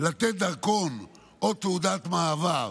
לתת דרכון או תעודת מעבר